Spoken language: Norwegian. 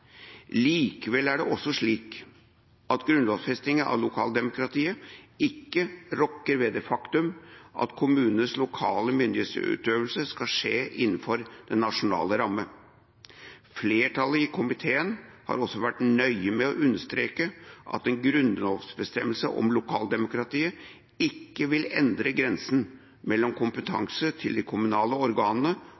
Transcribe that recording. Likevel er det også slik at grunnlovfesting av lokaldemokratiet ikke rokker ved det faktum at kommunenes lokale myndighetsutøvelse skal skje innenfor den nasjonale ramme. Flertallet i komiteen har også vært nøye med å understreke at en grunnlovsbestemmelse om lokaldemokratiet ikke vil endre grensen mellom